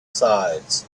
sides